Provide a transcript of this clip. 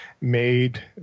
made